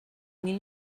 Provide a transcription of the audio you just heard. mil